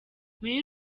muri